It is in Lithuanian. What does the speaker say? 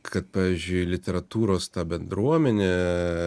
kad pavyzdžiui literatūros ta bendruomenė